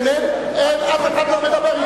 אף אחד לא מדבר,